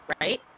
right